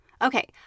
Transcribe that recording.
Okay